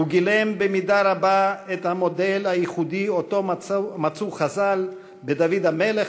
הוא גילם במידה רבה את המודל הייחודי שמצאו חז"ל בדוד המלך,